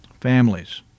families